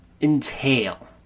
entail